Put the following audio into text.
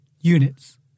Units